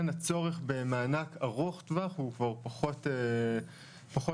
הצורך במענק ארוך טווח הוא כבר פחות משמעותי.